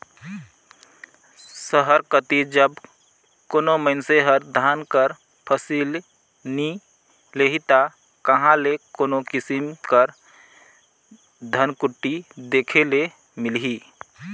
सहर कती जब कोनो मइनसे हर धान कर फसिल नी लेही ता कहां ले कोनो किसिम कर धनकुट्टी देखे ले मिलही